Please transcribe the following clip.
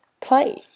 play